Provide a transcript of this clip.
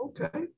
Okay